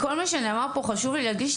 מכל מה שנאמר פה חשוב לי להדגיש,